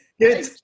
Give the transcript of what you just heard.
good